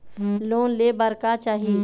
Loan ले बार का चाही?